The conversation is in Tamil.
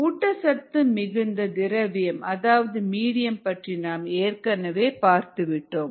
ஊட்டச்சத்து மிகுந்த திரவியம் அதாவது மீடியம் பற்றி நாம் ஏற்கனவே பார்த்துவிட்டோம்